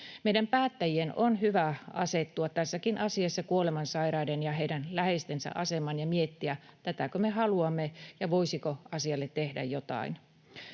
Meidän päättäjien on hyvä asettua tässäkin asiassa kuolemansairaiden ja heidän läheistensä asemaan ja miettiä, tätäkö me haluamme ja voisiko asialle tehdä jotain.